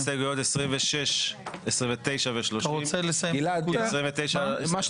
הצבעה בעד, 3 נגד, 6 נמנעים - אין לא